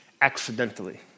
accidentally